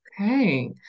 Okay